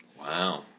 Wow